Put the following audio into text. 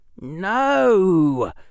No